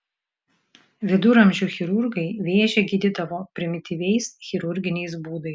viduramžių chirurgai vėžį gydydavo primityviais chirurginiais būdais